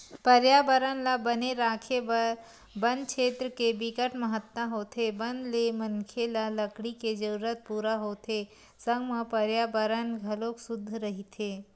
परयाबरन ल बने राखे बर बन छेत्र के बिकट महत्ता होथे बन ले मनखे ल लकड़ी के जरूरत पूरा होथे संग म परयाबरन घलोक सुद्ध रहिथे